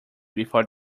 before